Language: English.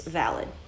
valid